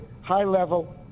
high-level